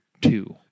two